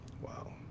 Wow